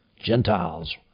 Gentiles